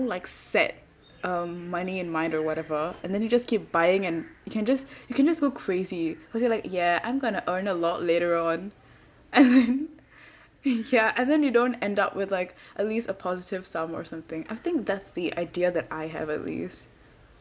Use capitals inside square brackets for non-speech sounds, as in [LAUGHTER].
like set uh money in mind or whatever and then you just keep buying and you can just you can just go crazy or say like yeah I'm going to earn a lot later on [LAUGHS] yeah and then you don't end up with like at least a positive sum or something I think that's the idea that I have at least